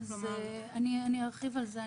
אני ארחיב על זה.